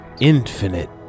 Infinite